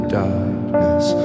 darkness